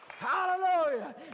Hallelujah